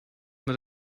mit